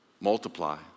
multiply